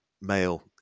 male